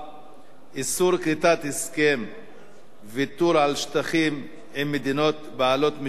איסור כריתת הסכם ויתור על שטחים עם מדינות בעלות משטר טוטליטרי,